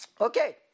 Okay